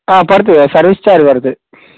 పడుతుంది ఆ service charge పడుతుంది